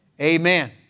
Amen